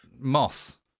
Moss